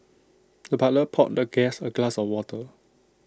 the butler poured the guest A glass of water